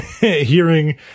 hearing